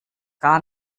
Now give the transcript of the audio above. gar